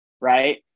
right